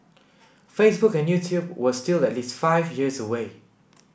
Facebook and YouTube were still at least five years away